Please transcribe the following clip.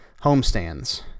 homestands